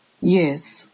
Yes